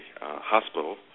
hospital